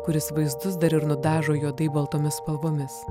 kuris vaizdus dar ir nudažo juodai baltomis spalvomis